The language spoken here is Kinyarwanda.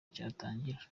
cyatangira